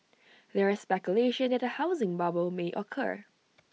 there is speculation that A housing bubble may occur